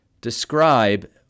describe